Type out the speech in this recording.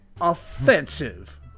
offensive